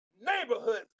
neighborhoods